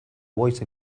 voice